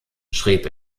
schrieb